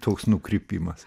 toks nukrypimas